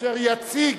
אשר יציג